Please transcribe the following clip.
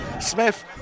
Smith